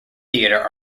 theatre